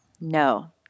No